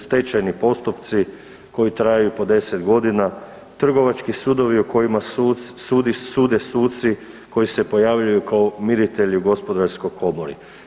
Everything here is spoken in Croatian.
Stečajni postupci koji traju po 10.g., trgovački sudovi u kojima sude suci koji se pojavljuju kao miritelji u gospodarskoj komori.